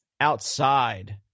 outside